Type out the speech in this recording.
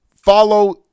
Follow